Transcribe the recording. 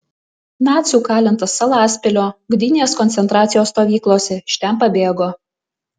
nacių kalintas salaspilio gdynės koncentracijos stovyklose iš ten pabėgo